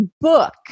book